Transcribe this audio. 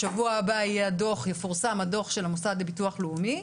בשבוע הבא יפורסם הדוח של המוסד לביטוח לאומי,